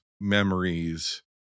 memories